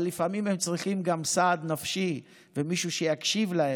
אבל לפעמים הם צריכים גם סעד נפשי ומישהו שיקשיב להם.